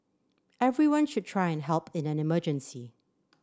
everyone should try to help in an emergency